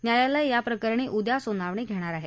न्यायालय या प्रकरणी उद्या सुनावणी घेणार आहे